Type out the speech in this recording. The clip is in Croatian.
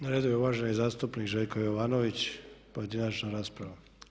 Na redu je uvaženi zastupnik Željko Jovanović, pojedinačna rasprava.